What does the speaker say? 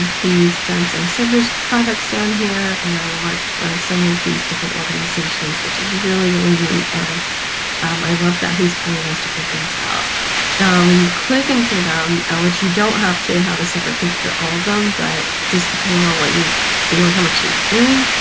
he's done some cerberus projects down here and worked with some of these different organizations which is really really neat and i love that. he's pointing those different things out when you click into them, which you don't have to have a separate page for all of them but just depending on what you do you want how much you're doing?